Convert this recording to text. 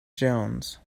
jones